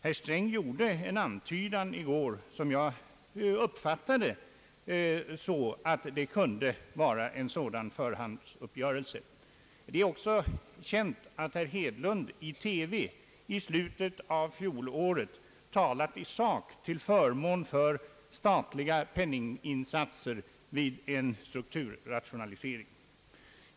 Herr Sträng gjorde en antydan i går, som jag uppfattade så, att det här kunde föreligga en sådan förhandsuppgörelse. Det är också känt, att herr Hedlund i TV i slutet av fjolåret talade i sak till förmån för statliga penninginsatser vid en strukturrationalisering.